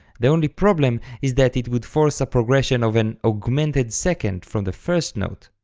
the only problem is that it would force a progression of an augmented second from the first note,